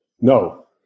No